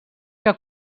que